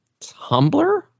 Tumblr